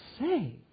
say